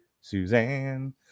Suzanne